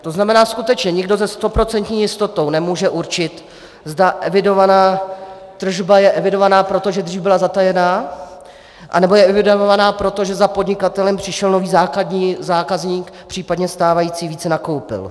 To znamená, že skutečně nikdo se stoprocentní jistotou nemůže určit, zda evidovaná tržba je evidovaná, protože dříve byla zatajená, nebo je evidovaná, protože za podnikatelem přišel nový zákazník, případně stávající více nakoupil.